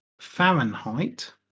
Fahrenheit